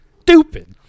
stupid